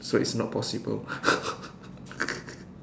so it's not possible